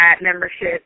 membership